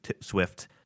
Swift